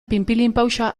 pinpilinpauxa